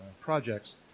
projects